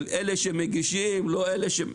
של אלה שמגישים וכו'.